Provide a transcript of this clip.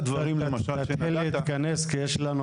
רציתי לשאול, יש לך